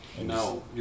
No